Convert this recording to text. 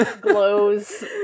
Glows